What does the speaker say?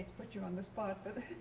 put you on the spot but.